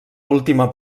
última